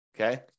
okay